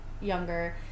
younger